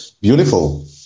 beautiful